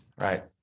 Right